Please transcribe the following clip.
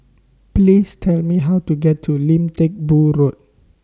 Please Tell Me How to get to Lim Teck Boo Road